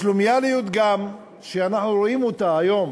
השלומיאליות שאנחנו רואים היום